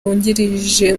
wungirije